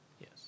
Yes